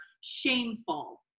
shameful